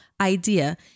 idea